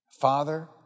Father